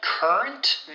Current